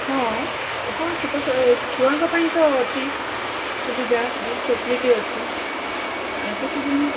ହଁ ହଁ ଛୋଟ ଛୁଆଙ୍କ ପାଇଁ ତ ଅଛି ସୁବିଧା ବହୁତ ଫେସିଲିଟି ଅଛି କେତେ ଦିନ